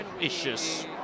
issues